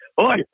Oi